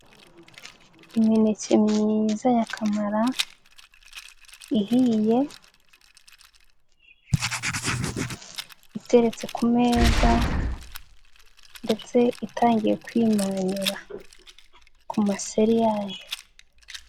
Imineke myiza ya kamara ihiye iteretse ku meza ndetse itangiye kwimanyura ku maseri yayo.